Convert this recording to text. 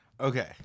Okay